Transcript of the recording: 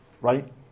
right